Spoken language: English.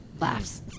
laughs